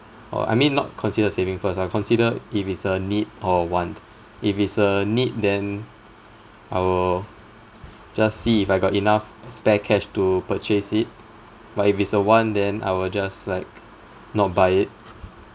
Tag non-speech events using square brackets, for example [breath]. oh I mean not consider saving first I'll consider if it's a need or a want if it's a need then I will [breath] just see if I got enough spare cash to purchase it but if it's a want then I will just like not buy it